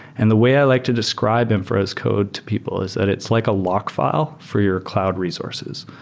and the way i like to describe them for as code to people is that it's like a lock file for your cloud resources.